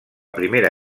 primera